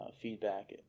Feedback